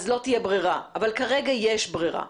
אז לא תהיה ברירה אבל כרגע יש ברירה.